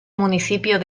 municipio